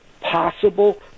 possible